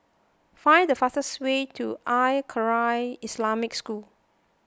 find the fastest way to Al Khairiah Islamic School